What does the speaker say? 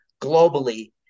globally